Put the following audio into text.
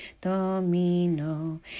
domino